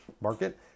market